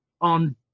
on